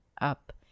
up